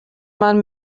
man